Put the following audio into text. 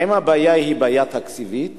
האם הבעיה היא בעיה תקציבית